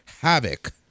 havoc